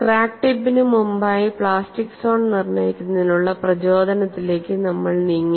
crack ടിപ്പിന് മുമ്പായി plastic zone നിർണ്ണയിക്കുന്നതിനുള്ള പ്രചോദനത്തിലേക്ക് നമ്മൾ നീങ്ങി